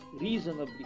reasonably